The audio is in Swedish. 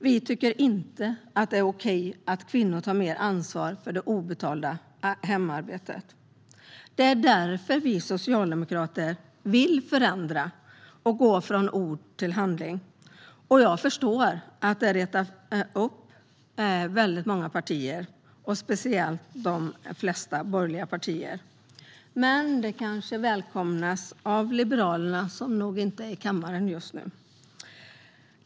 Vi tycker inte att det är okej att kvinnor tar mer ansvar för det obetalda hemarbetet. Det är därför vi socialdemokrater vill förändra och gå från ord till handling. Jag förstår att det retar upp de flesta borgerliga partier, även om det kanske välkomnas av Liberalerna som inte verkar vara i kammaren just nu.